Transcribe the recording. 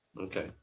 Okay